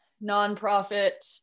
non-profit